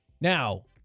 Now